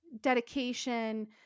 dedication